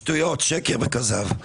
שטויות, שקר וכזב.